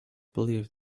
believed